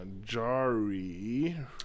Jari